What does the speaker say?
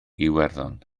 iwerddon